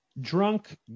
drunk